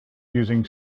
using